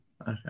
Okay